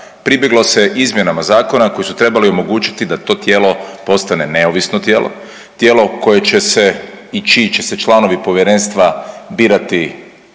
pribjeglo se izmjenama zakona koji su trebali omogućiti da to tijelo postane neovisno tijelo, tijelo koje će se i čiji će se članovi povjerenstva birati